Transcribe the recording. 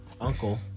uncle